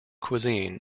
cuisine